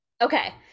Okay